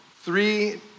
three